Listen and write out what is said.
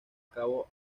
cabo